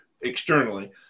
externally